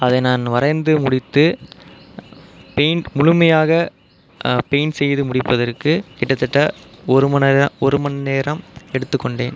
அதை நான் வரைந்து முடித்து பெயிண்ட் முழுமையாக பெயிண்ட் செய்து முடிப்பதற்கு கிட்டத்தட்ட ஒரு மணிநேரம் ஒரு மணிநேரம் எடுத்துக்கொண்டேன்